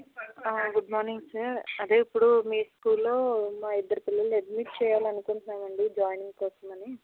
good morning sir అదే ఇప్పుడు మీ స్కూల్లో మా ఇద్దరు పిల్లలు అడ్మిట్ చేయాలని అనుకుంటున్నాము అండీ జాయినింగ్ కోసమని